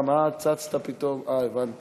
הבעת